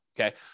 okay